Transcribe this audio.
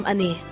Ani